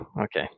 Okay